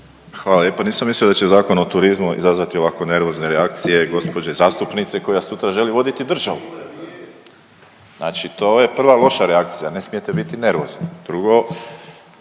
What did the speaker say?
Hvala lijepa. Nisam mislio da će Zakon o turizmu izazvati ovakvu nervozne reakcije gđe zastupnice koja sutra želi voditi državu. .../Upadica se ne čuje./... Znači to je prva loša reakcija, ne smijete biti nervozni. Drugo,